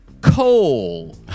coal